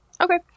Okay